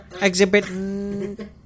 Exhibit